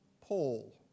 Paul